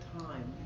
time